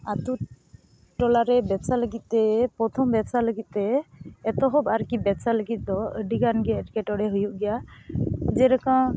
ᱟᱹᱛᱩ ᱴᱚᱞᱟᱨᱮ ᱵᱮᱵᱽᱥᱟ ᱞᱟᱹᱜᱤᱫᱛᱮ ᱯᱚᱨᱛᱷᱚᱢ ᱵᱮᱵᱽᱥᱟ ᱞᱟᱹᱜᱤᱫᱛᱮ ᱮᱛᱚᱦᱚᱵ ᱟᱨᱠᱤ ᱵᱮᱵᱽᱥᱟ ᱞᱟᱹᱜᱤᱫ ᱫᱚ ᱟᱹᱰᱤᱜᱟᱱᱜᱮ ᱮᱴᱠᱮᱴᱬᱮ ᱦᱩᱭᱩᱜ ᱜᱮᱭᱟ ᱡᱮᱞᱮᱠᱟ